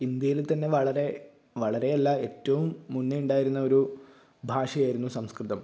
ഇന്ത്യയില് തന്നെ വളരെ വളരെ അല്ല ഏറ്റവും മുന്നേ ഉണ്ടായിരുന്ന ഒരു ഭാഷയായിരുന്നു സംസ്കൃതം